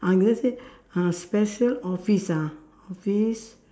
ah go say uh special office ah office